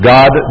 God